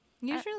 Usually